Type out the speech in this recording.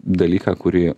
dalyką kurį